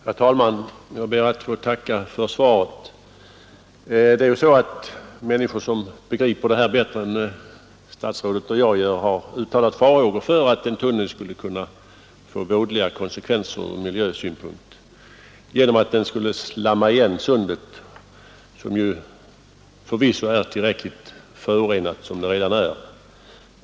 Herr talman! Jag ber att få tacka för svaret. Människor som begriper dessa saker bättre än vad statsrådet och jag gör har uttalat farhågor för att en tunnel i Öresund skulle kunna få vådliga konsekvenser ur miljösynpunkt genom att den skulle medföra igenslamning av Sundet, som förvisso är tillräckligt förorenat som det redan är.